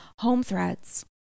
Homethreads